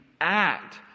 act